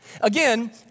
Again